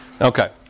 Okay